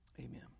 Amen